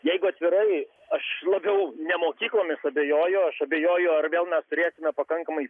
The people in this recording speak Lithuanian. jeigu atvirai aš labiau ne mokyklomis abejoju aš abejoju ar vėl mes turėsime pakankamai